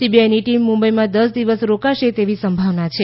સીબીઆઈની team મુંબઈમાં દસ દિવસ રોકાઈ તેવી સંભાવના છે